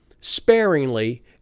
sparingly